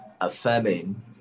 affirming